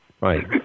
right